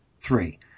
three